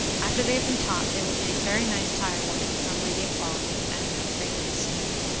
after they have been taught, they will make very nice tirewomen to some lady of quality, added humphrey, with a sneer.